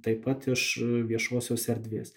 taip pat iš viešosios erdvės